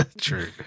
True